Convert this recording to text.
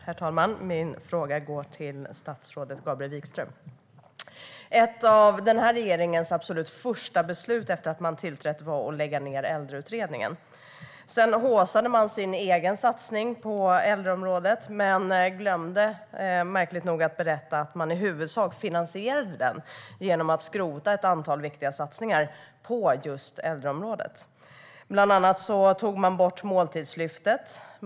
Herr talman! Min fråga går till statsrådet Gabriel Wikström. Ett av den här regeringens absolut första beslut efter att man tillträtt var att lägga ned Äldreutredningen. Sedan haussade man sin egen satsning på äldreområdet men glömde märkligt nog att berätta att man i huvudsak finansierade den genom att skrota ett antal viktiga satsningar på just äldreområdet. Bland annat tog man bort Måltidslyftet.